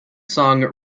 song